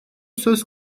söz